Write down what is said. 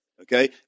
okay